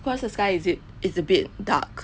cause the sky is it it's a bit dark